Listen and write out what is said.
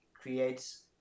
creates